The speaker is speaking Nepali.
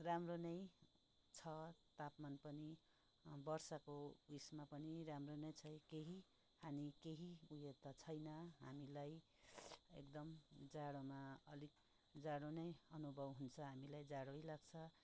राम्रो नै छ तापमान पनि वर्षाको उयसमा पनि राम्रो नै छ केही अनि केही उयो त छैन हामीलाई एकदम जाडोमा अलिक जाडो नै अनुभव हुन्छ हामीलाई जाडै लाग्छ